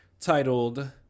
titled